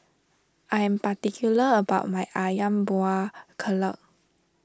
I am particular about my Ayam Buah Keluak